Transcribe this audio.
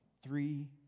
Three